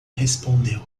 respondeu